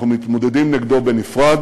אנחנו מתמודדים נגדו בנפרד